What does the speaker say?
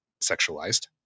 sexualized